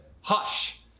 hush